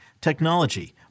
technology